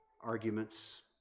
Arguments